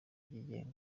byigenga